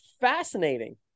fascinating